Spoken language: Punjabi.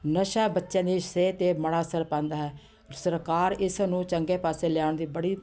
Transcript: ਨਸ਼ਾ ਬੱਚਿਆਂ ਦੀ ਸਿਹਤ 'ਤੇ ਮਾੜਾ ਅਸਰ ਪਾਉਂਦਾ ਹੈ ਸਰਕਾਰ ਇਸ ਨੂੰ ਚੰਗੇ ਪਾਸੇ ਲਿਆਉਣ ਦੀ ਬੜੀ